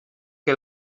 que